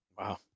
Wow